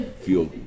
feel